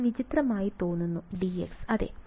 ഇത് വിചിത്രമായി തോന്നുന്നു dx അതെ